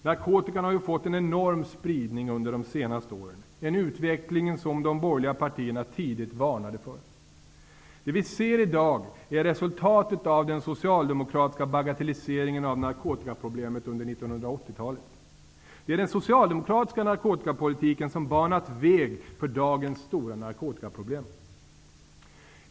Narkotikan har ju fått en enorm spridning under de senaste åren -- en utveckling som de borgerliga partierna tidigt varnade för. Det vi ser i dag är resultatet av den socialdemokratiska bagatelliseringen av narkotikaproblemet under 1980-talet. Det är den socialdemokratiska narkotikapolitiken som har banat väg för dagens stora narkotikaproblem.